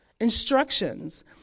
instructions